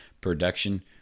production